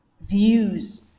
views